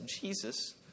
Jesus